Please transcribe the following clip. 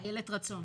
איילת רצון